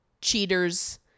cheaters